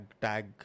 tag